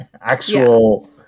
actual